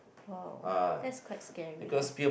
!wow! that's quite scary eh